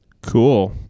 Cool